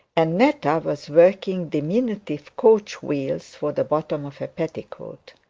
and netta was working diminutive coach wheels for the bottom of a petticoat.